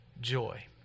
Joy